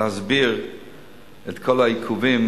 להסביר את כל העיכובים,